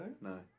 No